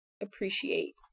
appreciate